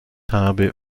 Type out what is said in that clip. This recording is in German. habe